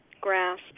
grass